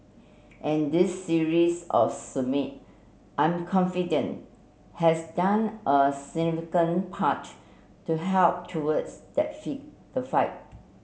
and this series of summit I'm confident has done a significant part to help towards that feet the fight